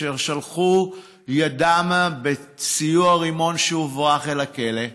אשר שלחו ידם בנפשם באמצעות רימון שהוברח אל הכלא,